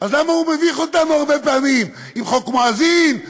אז למה הוא מביך אותנו הרבה פעמים עם חוק מואזין,